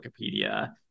wikipedia